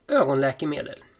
ögonläkemedel